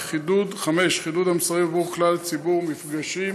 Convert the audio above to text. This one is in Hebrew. חידוד המסרים עבור כלל הציבור: מפגשים,